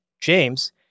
James